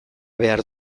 behar